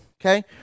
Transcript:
Okay